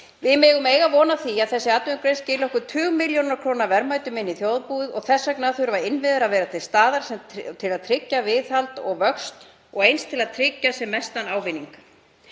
Við megum eiga von á því að hún skili okkur tugmilljónakróna verðmætum í þjóðarbúið og þess vegna þurfa innviðir að vera til staðar til að tryggja viðhald og vöxt og eins til að tryggja sem mestan ávinning.